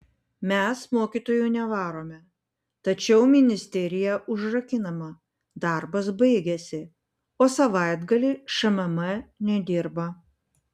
mes mokytojų nevarome tačiau ministerija užrakinama darbas baigėsi o savaitgalį šmm nedirba